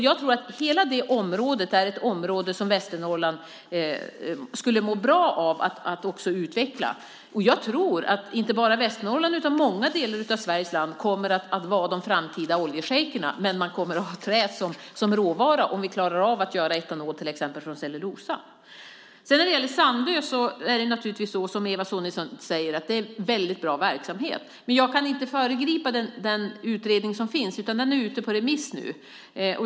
Jag tror att hela detta område är ett område som Västernorrland skulle må bra av att utveckla. Jag tror att inte bara Västernorrland utan många delar av Sveriges land kommer att vara de framtida oljeshejkerna. Men man kommer att ha träet som råvara om man klarar av att göra etanol till exempel från cellulosa. Verksamheten på Sandö är naturligtvis, som Eva Sonidsson säger, väldigt bra. Men jag kan inte föregripa den utredning som finns och som är ute på remiss.